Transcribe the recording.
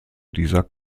dieser